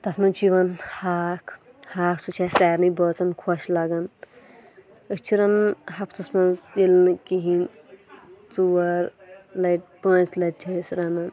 تَتھ منٛز چھِ یِوان ہاکھ ہاکھ سُہ چھُ اسہِ سارنٕے بٲژَن خۄش لَگَان أسۍ چھِ رَنَان ہَفتَس منٛز ییٚلہِ نہٕ کہیٖنۍ ژور لَٹہِ پانٛژِ لَٹہِ چھِ أسۍ رَنَان